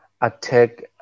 attack